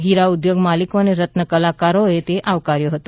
હિરા ઉદ્યોગ માલિકો અને રત્નકલાકારોએ આવકાર્યો હતો